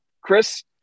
Chris